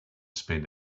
spend